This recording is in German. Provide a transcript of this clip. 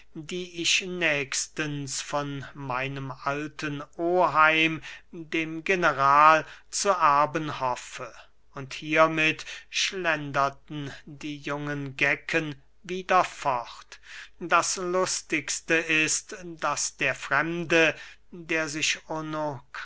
die ich nächstens von meinem alten oheim dem general zu erben hoffe und hiermit schlenderten die jungen gecken wieder fort das lustigste ist daß der fremde der sich